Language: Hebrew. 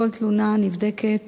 כל תלונה נבדקת